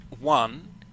one